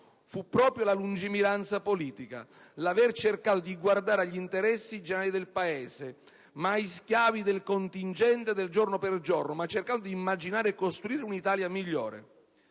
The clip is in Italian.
fu proprio la lungimiranza politica, l'aver cercato di guardare agli interessi generali del Paese, mai schiavi del contingente e del giorno per giorno, ma cercando di immaginare e costruire un'Italia migliore.